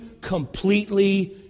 completely